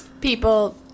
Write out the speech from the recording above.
people